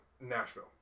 Nashville